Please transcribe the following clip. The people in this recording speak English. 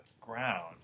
ground